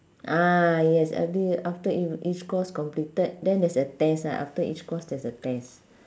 ah yes every after ea~ each course completed then there's a test ah after each course there's a test